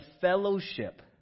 fellowship